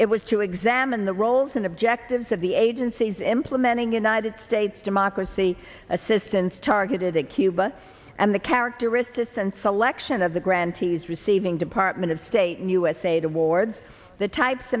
it was to examine the roles and objectives of the agencies implementing united states democracy assistance targeted to cuba and the characteristics and selection of the grantees receiving department of state and usa towards the types